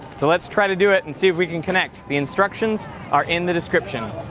so let's try to do it and see if we can connect. the instructions are in the description.